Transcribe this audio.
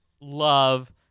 love